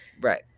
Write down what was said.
Right